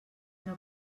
una